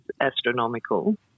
astronomical